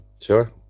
Sure